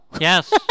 Yes